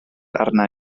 arna